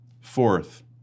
Fourth